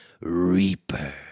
Reaper